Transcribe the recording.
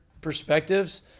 perspectives